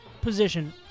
position